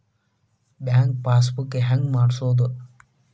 Bank passbook ಹೆಂಗ್ ಮಾಡ್ಸೋದು?